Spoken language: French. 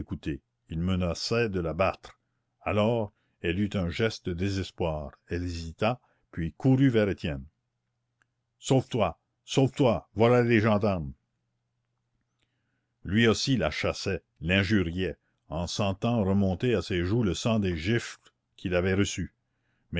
il menaçait de la battre alors elle eut un geste de désespoir elle hésita puis courut vers étienne sauve-toi sauve-toi voilà les gendarmes lui aussi la chassait l'injuriait en sentant remonter à ses joues le sang des gifles qu'il avait reçues